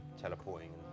teleporting